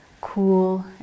cool